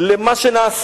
על מה שנעשה,